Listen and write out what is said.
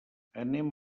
anem